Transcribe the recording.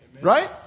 Right